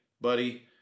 buddy